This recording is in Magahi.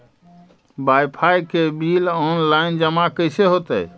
बाइफाइ के बिल औनलाइन जमा कैसे होतै?